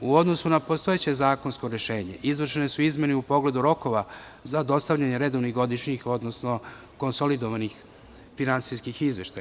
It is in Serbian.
U odnosu na postojeće zakonsko rešenje, izvršene su izmene u pogledu rokova za dostavljanje redovnih godišnjih, odnosno konsolidovanih finansijskih izveštaja.